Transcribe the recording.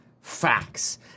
facts